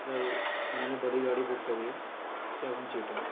سر میں نے بڑی گاڑی بک کری ہے سیون سیٹر